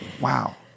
Wow